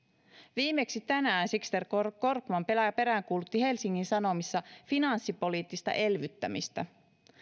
viimeksi tänään sixten korkman peräänkuulutti helsingin sanomissa finanssipoliittista elvyttämistä